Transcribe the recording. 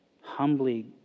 humbly